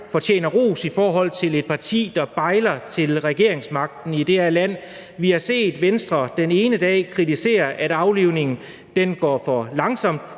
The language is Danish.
fortjener ros, når det handler om et parti, der bejler til regeringsmagten i det her land. Vi har set Venstre den ene dag kritisere, at aflivningen går for langsomt,